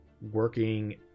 working